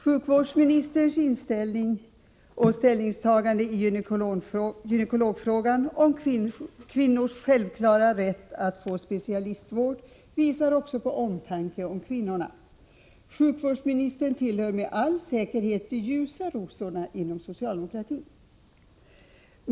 Sjukvårdsministerns ställningstagande i gynekologfrågan, om kvinnors självklara rätt att få specialistvård, visar också på omtanke om kvinnorna. Sjukvårdsministern tillhör med all säkerhet de ljusa rosorna inom socialdemokratin.